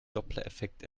dopplereffekt